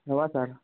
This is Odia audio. ନବା ସାର୍